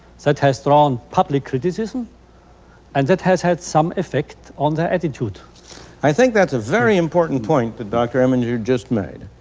that has drawn public criticism and that has had some effect on their attitude. friedman i think that is a very important point that dr. emminger just made,